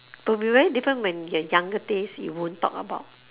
but we very different when your younger days you won't talk about